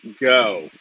go